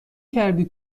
کردی